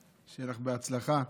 שיהיה לך בהצלחה.